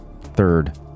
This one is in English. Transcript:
third